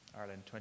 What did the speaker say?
Ireland